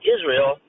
Israel